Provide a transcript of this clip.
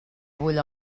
bull